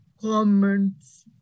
comments